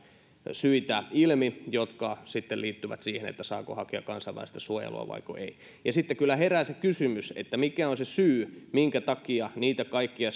syitä ilmi jotka liittyvät siihen saako hakea kansainvälistä suojelua vaiko ei sitten kyllä herää se kysymys mikä on se syy minkä takia niitä kaikkia